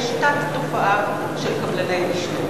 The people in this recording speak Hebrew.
יש תת-תופעה של קבלני משנה.